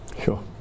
Sure